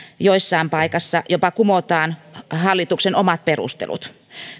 joissain paikoissa jopa kumotaan hallituksen omat perustelut